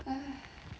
哎